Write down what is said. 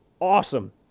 awesome